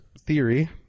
theory